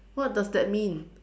what does that mean